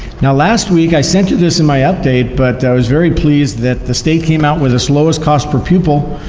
now last week i sent you this in my update, but i was very pleased that the state came out with its lowest cost per pupil,